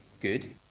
good